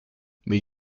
mit